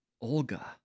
Olga